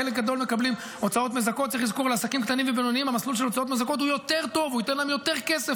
מאוד רחבה, כולל עצמאים, עובדת פיקס.